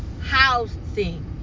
housing